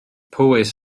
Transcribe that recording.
powys